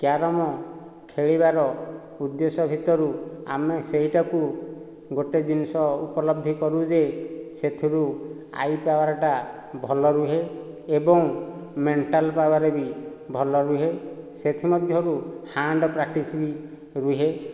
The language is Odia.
କ୍ୟାରମ୍ ଖେଳିବାର ଉଦେଶ୍ୟ ଭିତରୁ ଆମେ ସେଇଟାକୁ ଗୋଟିଏ ଜିନିଷ ଉପଲବ୍ଧି କରୁ ଯେ ସେଥିରୁ ଆଇ ପାୱାରଟା ଭଲ ରୁହେ ଏବଂ ମେଣ୍ଟାଲ ପାୱାର ବି ଭଲ ରୁହେ ସେଥିମଧ୍ୟରୁ ହ୍ୟାଣ୍ଡ ପ୍ରାକ୍ଟିସ ବି ରୁହେ